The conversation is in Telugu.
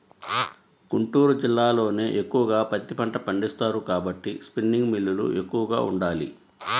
గుంటూరు జిల్లాలోనే ఎక్కువగా పత్తి పంట పండిస్తారు కాబట్టి స్పిన్నింగ్ మిల్లులు ఎక్కువగా ఉండాలి